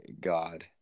God